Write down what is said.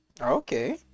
Okay